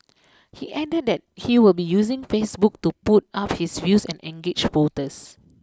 he added that he will be using Facebook to put up his views and engage voters